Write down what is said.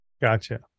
Gotcha